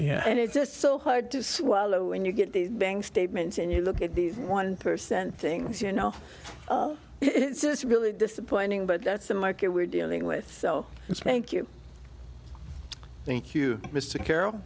yeah and it's just so hard to swallow when you get these bank statements and you look at these one percent things you know it's really disappointing but that's the market we're dealing with so it's bank you thank you mr carrol